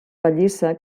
pallissa